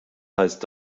heißt